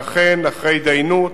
ואכן, אחרי התדיינות